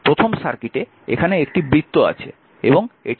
প্রথম সার্কিটে এখানে একটি বৃত্ত আছে এবং এটি